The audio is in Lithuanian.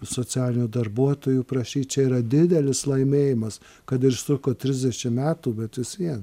socialinių darbuotojų prašyt čia yra didelis laimėjimas kad užtruko trisdešim metų bet vis vien